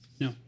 no